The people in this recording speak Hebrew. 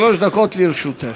שלוש דקות לרשותך.